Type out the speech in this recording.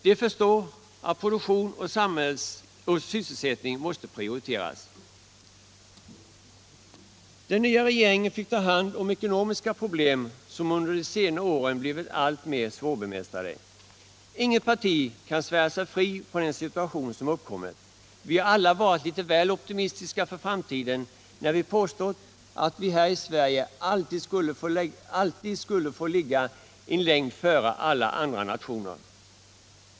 De förstår att produktion och sysselsättning måste prioriteras. Den nya regeringen fick ta hand om ekonomiska problem som under de senare åren blivit alltmer svårbemästrade. Inget parti kan svära sig fritt från den situation som uppkommit. Vi har alla varit litet väl optimistiska för framtiden när vi påstått att vi här i Sverige alltid skulle få ligga en längd före alla andra nationer.